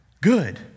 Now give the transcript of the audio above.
Good